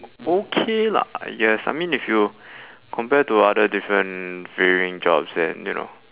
okay lah I guess I mean if you compare to other different varying jobs then you know